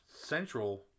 central